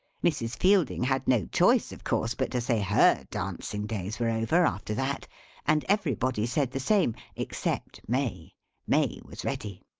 mrs. fielding had no choice, of course, but to say her dancing days were over, after that and everybody said the same, except may may was ready.